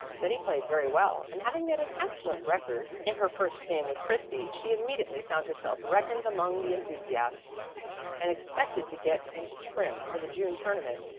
betty played very well, and having made an excellent record in her first game with christy, she immediately found herself reckoned among the enthusiasts and expected to get into trim for the june tournament.